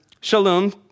Shalom